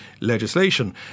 legislation